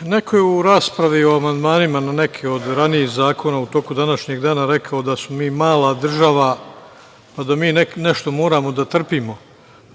Neko je u raspravi o amandmanima na neke od ranijih zakona u toku današnjeg dana rekao da smo mi mala država, da mi moramo nešto da trpimo.